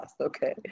okay